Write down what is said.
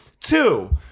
Two